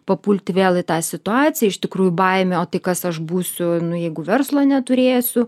papulti vėl į tą situaciją iš tikrųjų baimė o tai kas aš būsiu nu jeigu verslo neturėsiu